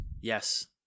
Yes